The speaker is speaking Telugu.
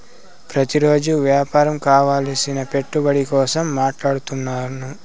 ప్రతిరోజు వ్యాపారం కావలసిన పెట్టుబడి కోసం మాట్లాడుతున్నాను